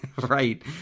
Right